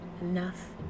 Enough